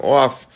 off